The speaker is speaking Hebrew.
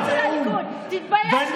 תתבייש לך, חברת הכנסת גולן, קריאה ראשונה.